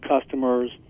customers